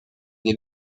des